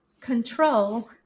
control